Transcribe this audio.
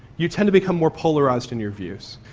you tend to become more polarised in your views.